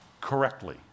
correctly